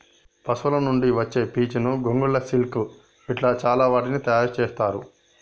పశువుల నుండి వచ్చే పీచును గొంగళ్ళు సిల్క్ ఇట్లా చాల వాటిని తయారు చెత్తారు